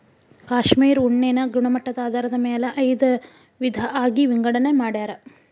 cashmere ಉಣ್ಣೆನ ಗುಣಮಟ್ಟದ ಆಧಾರದ ಮ್ಯಾಲ ಐದ ವಿಧಾ ಆಗಿ ವಿಂಗಡನೆ ಮಾಡ್ಯಾರ